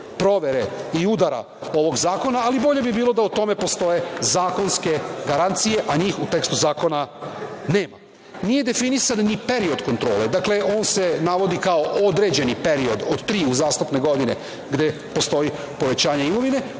i udara ovog zakona, ali bolje bi bilo da o tome postoje zakonske garancije, a njih u tekstu zakona nema. Nije definisan ni period kontrole. Dakle, on se navodi kao određeni period od tri uzastopne godine gde postoji povećanje imovine,